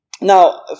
Now